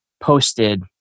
posted